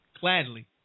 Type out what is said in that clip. Gladly